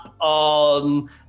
on